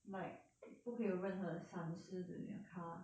like 不可以有任何散失 to 你的 car